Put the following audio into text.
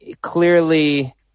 clearly